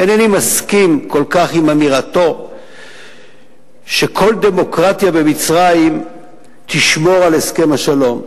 אינני מסכים כל כך עם אמירתו שכל דמוקרטיה במצרים תשמור על הסכם השלום.